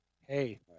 Hey